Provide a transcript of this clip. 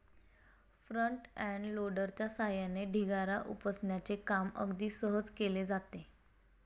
front end लोडरच्या सहाय्याने ढिगारा उपसण्याचे काम अगदी सहज केले जाते